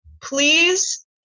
please